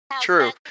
True